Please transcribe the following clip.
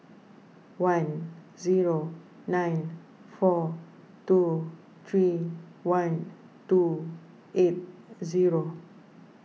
one zero nine four two three one two eight zero